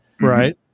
Right